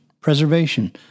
preservation